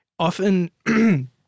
Often